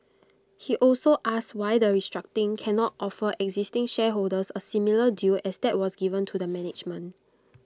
he also asked why the restructuring cannot offer existing shareholders A similar deal as that was given to the management